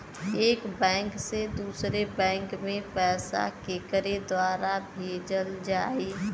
एक बैंक से दूसरे बैंक मे पैसा केकरे द्वारा भेजल जाई?